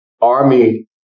Army